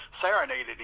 serenaded